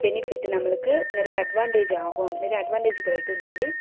benefit நம்மளுக்கு நிறையா advantage ஆகும் நிறையா அட்வான்டேஜ் கெடைக்கும் சொல்லி